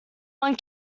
one